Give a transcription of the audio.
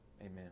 Amen